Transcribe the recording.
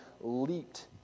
leaped